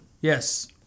Yes